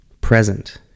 present